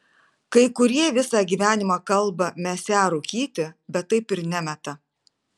kai kurie visą gyvenimą kalba mesią rūkyti bet taip ir nemeta